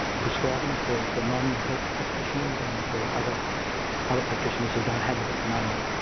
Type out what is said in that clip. prescribing for for non-health practitioners and for other other practitioners who don't have it at the moment,